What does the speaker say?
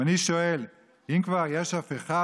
ואני שואל: אם כבר יש הפיכה,